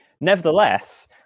Nevertheless